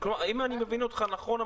אם אני מבין אותך נכון,